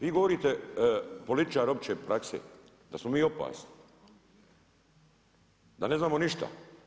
Vi govorite političar opće prakse, da smo mi opasni, da ne znamo ništa.